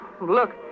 Look